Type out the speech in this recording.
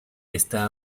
esta